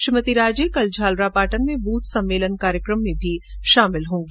श्रीमती राजे कल झालरापाटन में बूथ सम्मेलन कार्यक्रम में शामिल होंगी